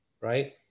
right